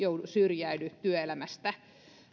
syrjäydy työelämästä